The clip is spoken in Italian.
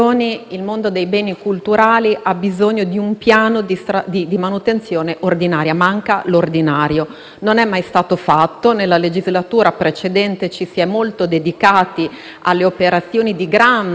Mi auguro che con il prossimo anno si inauguri questa stagione nel Ministero, si possa mettere a punto un grande piano di manutenzione e che poi, magari nella manovra finanziaria dell'anno venturo, possano essere destinate le risorse